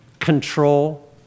Control